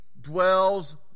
dwells